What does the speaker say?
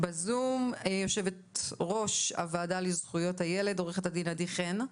יושבת ראש הוועדה לזכויות הילד, עו"ד עדי חן.